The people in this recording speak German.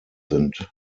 sind